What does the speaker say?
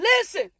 Listen